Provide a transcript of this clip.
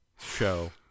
show